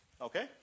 Okay